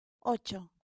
ocho